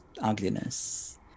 ugliness